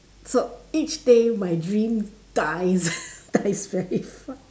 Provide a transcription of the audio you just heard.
so each day my dream dies it's very funny